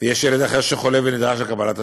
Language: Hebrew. ויש ילד אחר שחולה ונדרש לקבל את השירות,